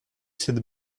cette